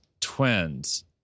Twins